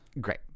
Great